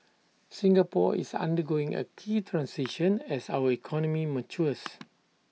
Singapore is undergoing A key transition as our economy matures